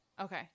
Okay